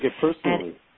personally